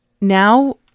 now